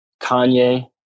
Kanye